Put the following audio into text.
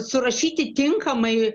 surašyti tinkamai